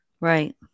Right